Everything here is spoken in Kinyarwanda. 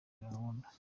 gahunda